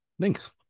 thanks